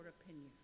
opinion